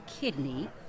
kidney